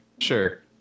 Sure